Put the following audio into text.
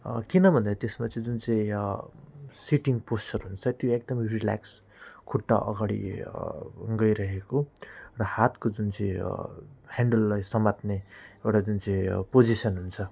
किन भन्दा त्यसमा चाहिँ जुन चाहिँ सिटिङ पोस्चर हुन्छ त्यो एकदम रिल्याक्स खुट्टा अगाडि गइरहेको र हातको जुन चाहिँ हेन्डेललाई समात्ने एउटा जुन चाहिँ पोजिसन हुन्छ